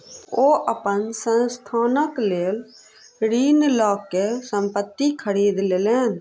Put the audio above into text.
ओ अपन संस्थानक लेल ऋण लअ के संपत्ति खरीद लेलैन